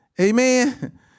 Amen